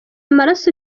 amaraso